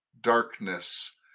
darkness